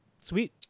Sweet